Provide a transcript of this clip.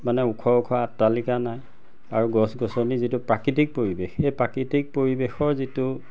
মানে ওখ ওখ অট্টালিকা নাই আৰু গছ গছনিৰ যিটো প্ৰাকৃতিক পৰিৱেশ সেই প্ৰাকৃতিক পৰিৱেশৰ যিটো